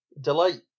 Delight